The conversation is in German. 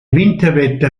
winterwetter